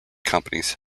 companies